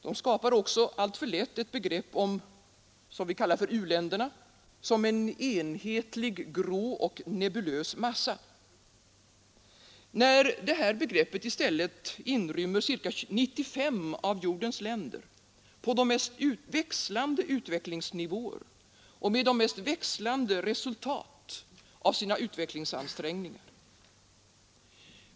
Det skapar också alltför lätt ett begrepp om ”u-länderna” som en enhetlig, grå och nebulös massa, när detta begrepp i stället inrymmer ca 95 av jordens länder, på de mest växlande utvecklingsnivåer och med de mest växlande resultat av sina utvecklingsansträngningar.